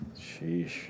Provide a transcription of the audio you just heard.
Sheesh